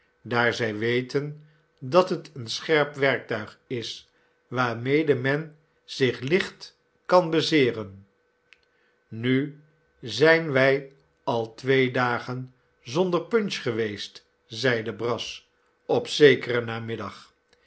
daar zij weten dat het een scherp werktuig is waarmede men zich licht kan bezeeren nu zijn wij al twee dagen zonder punch geweest zeide brass op zekeren namiddag